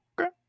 Okay